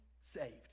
saved